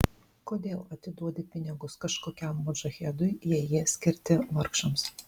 kodėl atiduodi pinigus kažkokiam modžahedui jei jie skirti vargšams